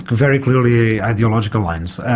very clearly ideological lines.